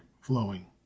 flowing